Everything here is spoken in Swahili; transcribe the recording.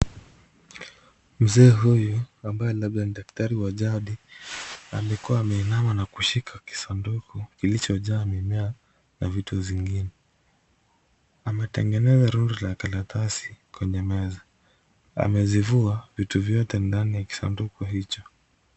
Mzee huyu, ambaye labda ni daktari wa jadi amekuwa ameinama na kushika kisanduku kilicho jaa mimea na vitu zingine. Ametengeneza roli la karatasi kwenye meza. Amezivua vitu vyote ndani ya kisanduku hicho.